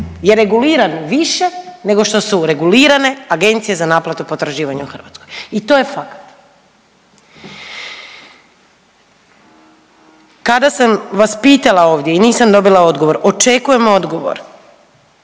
je reguliran više nego što su regulirane Agencije za naplatu potraživanja u Hrvatskoj i to je fakat. Kada sam vas pitala ovdje i nisam dobila odgovor, očekujem odgovor